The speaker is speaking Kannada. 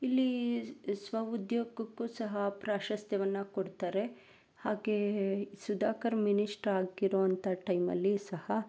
ಇಲ್ಲಿ ಸ್ವ ಉದ್ಯೋಗಕ್ಕೂ ಸಹ ಪ್ರಾಶಸ್ತ್ಯವನ್ನು ಕೊಡ್ತಾರೆ ಹಾಗೇ ಸುಧಾಕರ್ ಮಿನಿಸ್ಟ್ರ್ ಆಗಿರೋಂಥ ಟೈಮಲ್ಲಿಯೂ ಸಹ